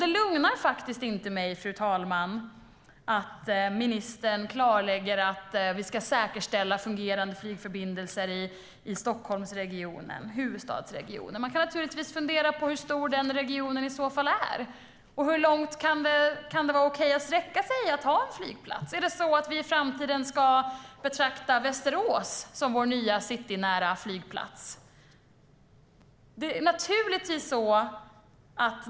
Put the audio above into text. Det lugnar inte mig att ministern klarlägger att vi ska säkerställa fungerande flygförbindelser i Stockholmsregionen, huvudstadsregionen. Hur stor är den regionen i så fall? Hur långt är det okej att sträcka sig när man ska placera en flygplats? Ska vi i framtiden betrakta Västerås som vår nya citynära flygplats?